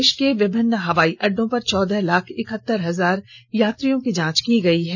देश के विभिन्ने हवाई अड्डो पर चौदह लाख इकतीस हजार यात्रियों की जांच की गई है